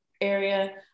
area